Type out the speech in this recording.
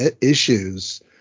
issues